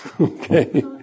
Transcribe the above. Okay